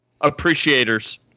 Appreciators